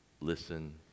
listen